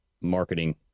marketing